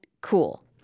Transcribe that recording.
cool